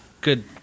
good